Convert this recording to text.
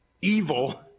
evil